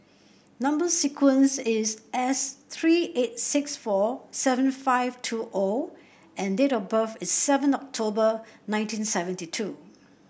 number sequence is S three eight six four seven five two O and date of birth is seven October nineteen seventy two